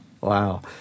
Wow